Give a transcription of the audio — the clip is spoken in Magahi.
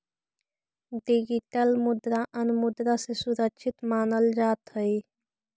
डिगितल मुद्रा अन्य मुद्रा से सुरक्षित मानल जात हई